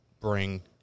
bring